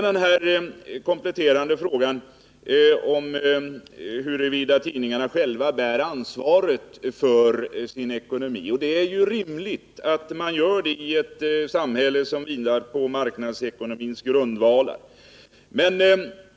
Det är rimligt att dagstidningarna själva bär ansvaret för sin ekonomi i ett samhälle som vilar på marknadsekonomins grundvalar.